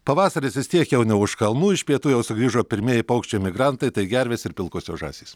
pavasaris vis tiek jau ne už kalnų iš pietų jau sugrįžo pirmieji paukščiai migrantai tai gervės ir pilkosios žąsys